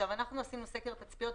אנחנו עשינו סקר תצפיות,